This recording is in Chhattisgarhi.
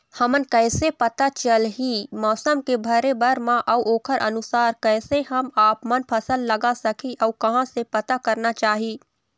हमन कैसे पता चलही मौसम के भरे बर मा अउ ओकर अनुसार कैसे हम आपमन फसल लगा सकही अउ कहां से पता करना चाही?